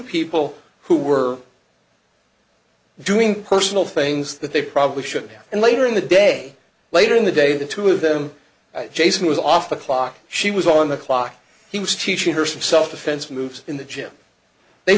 people who were doing personal things that they probably should have and later in the day later in the day the two of them jason was off the clock she was on the clock he was teaching her some self defense moves in the gym they